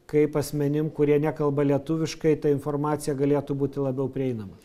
kaip asmenim kurie nekalba lietuviškai ta informacija galėtų būti labiau prieinama